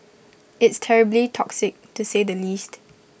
it's terribly toxic to say the least